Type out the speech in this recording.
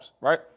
right